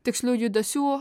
tikslių judesių